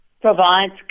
provides